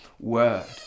word